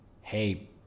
hey